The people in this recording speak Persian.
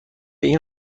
این